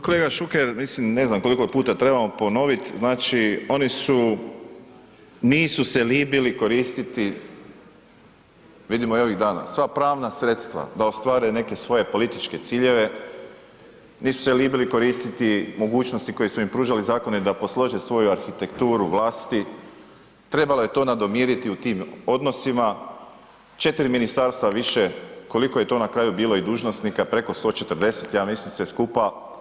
Kolega Šuker, mislim ne znam koliko puta trebamo ponovit, znači oni su nisu se libili koristiti vidimo i ovih dana, sva pravna sredstva da ostvare neke svoje političke ciljeve, nisu se libili koristiti mogućnosti koji su im pružali zakoni da poslože svoju arhitekturu vlasti, trebalo je to nadomiriti u tim odnosima, 4 ministarstva više koliko je to na kraju bilo i dužnosnika, preko 140 ja mislim sve skupa.